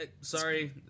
sorry